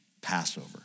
Passover